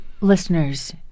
listeners